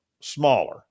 smaller